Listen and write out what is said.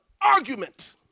argument